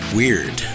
weird